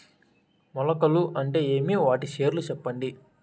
మొలకలు అంటే ఏమి? వాటి పేర్లు సెప్పండి?